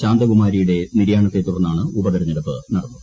ശാന്തകുമാരിയുടെ നിര്യാണത്തെ തുടർന്നാണ് ഉപതിരഞ്ഞെടുപ്പ് നടന്നത്